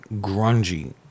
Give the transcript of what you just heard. grungy